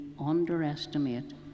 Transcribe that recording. underestimate